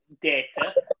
data